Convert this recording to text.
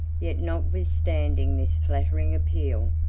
yet, notwithstanding this flattering appeal,